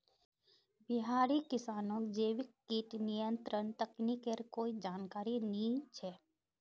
बिहारी किसानक जैविक कीट नियंत्रण तकनीकेर कोई जानकारी नइ छ